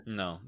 no